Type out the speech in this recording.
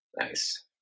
Nice